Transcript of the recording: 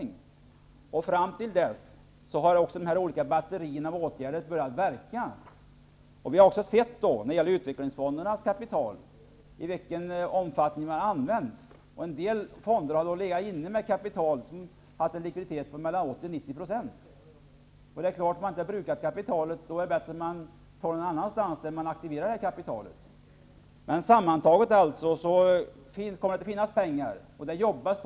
Under tiden fram till dess har de olika åtgärderna börjat verka. Vi har också sett i vilken omfattning utvecklingsfondernas kapital har använts. En del fonder har legat inne med stort kapital och haft en likviditet på mellan 80 och 90 %. Har man inte brukat kapitalet, är det bättre att aktivera det någon annanstans. Sammantaget kommer det alltså att finnas mer pengar.